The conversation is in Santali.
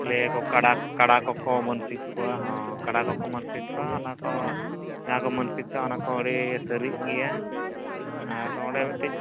ᱞᱟᱹᱭᱟᱠᱚ ᱠᱟᱰᱟᱠᱚᱠᱚ ᱢᱟᱹᱱᱥᱤᱠ ᱠᱚᱣᱟ ᱦᱮᱸ ᱠᱟᱰᱟᱠᱚᱠᱚ ᱢᱟᱹᱱᱥᱤᱠ ᱠᱚᱣᱟ ᱚᱱᱟᱠᱚ ᱡᱟᱦᱟᱸᱠᱚ ᱢᱟᱹᱱᱥᱤᱠ ᱠᱟᱜᱼᱟ ᱚᱱᱟᱠᱚ ᱟᱹᱰᱤ ᱥᱟᱹᱨᱤᱜ ᱜᱮᱭᱟ ᱟᱨ ᱚᱸᱰᱮ ᱢᱤᱫᱴᱮᱱ